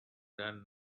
done